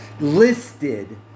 Listed